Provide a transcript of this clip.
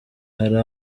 hari